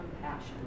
compassion